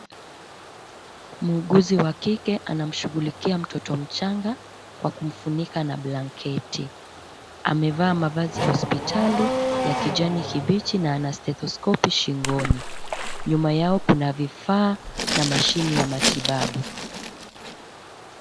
Muuguzi wa kike anamshughulikia mtoto mchanga kwa kumfunika na blanketi. Amevaa mavazi ya hospitali, ya kijani kibichi na ana stethoskopu shingoni. Nyuma yao kuna vifaa na mashini ya matibabu.